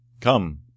Come